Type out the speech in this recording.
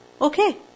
okay